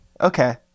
Okay